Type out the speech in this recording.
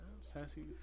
Sassy